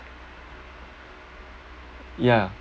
ya